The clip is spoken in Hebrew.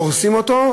הורסים אותו,